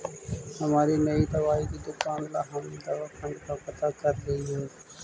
हमारी नई दवाई की दुकान ला हम दवा फण्ड का पता करलियई हे